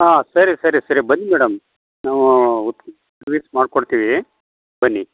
ಹಾಂ ಸರಿ ಸರಿ ಸರಿ ಬನ್ನಿ ಮೇಡಮ್ ನಾವು ಸರ್ವಿಸ್ ಮಾಡಿಕೊಡ್ತೀವಿ ಬನ್ನಿ